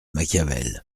machiavel